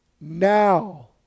Now